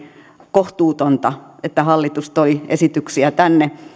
kohtuutonta että hallitus toi esityksiä tänne